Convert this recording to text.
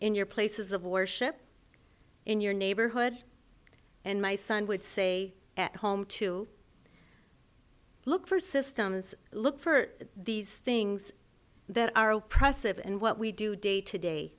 in your places of worship in your neighborhood and my son would say at home to look for systems look for these things that are a process of and what we do day to day